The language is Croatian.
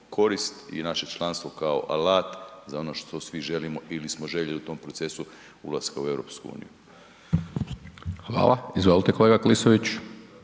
korist i naše članstvo kao alat za ono što svi želimo ili smo željeli u tom procesu ulaska u EU. **Hajdaš Dončić, Siniša (SDP)** Hvala. Izvolite kolega Klisović.